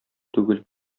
түгел